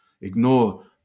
ignore